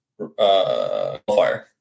Qualifier